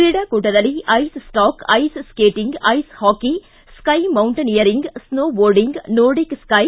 ಕ್ರೀಡಾಕೂಟದಲ್ಲಿ ice stock ice skating ice hockey ski mountaineering snowboarding nordic ಸೈ